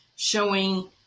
showing